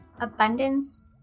abundance